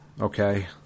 okay